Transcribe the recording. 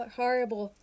horrible